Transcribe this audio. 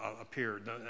appeared